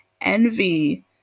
envy